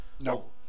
No